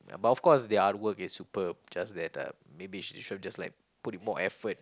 but of course the artwork is superb just that uh maybe should should have just like put in more effort